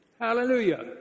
Hallelujah